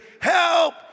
help